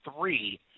three